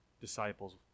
disciples